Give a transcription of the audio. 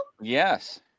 Yes